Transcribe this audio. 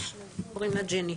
יש, קוראים לה ג'ני.